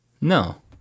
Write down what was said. No